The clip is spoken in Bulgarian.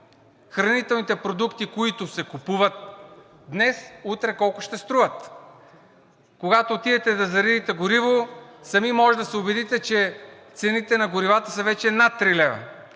хранителните продукти, които се купуват днес, утре колко ще струват. Когато отидете да заредите горива, сами можете да се убедите, че цените на горивата са вече над три лева.